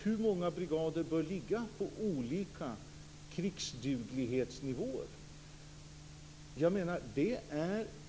Hur många brigader bör ligga på olika krigsduglighetsnivåer?